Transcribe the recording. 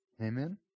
Amen